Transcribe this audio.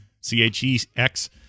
C-H-E-X